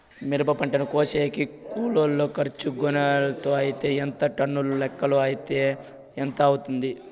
మిరప పంటను కోసేకి కూలోల్ల ఖర్చు గోనెలతో అయితే ఎంత టన్నుల లెక్కలో అయితే ఎంత అవుతుంది?